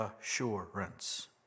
Assurance